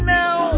now